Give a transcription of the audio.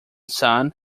son